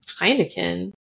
Heineken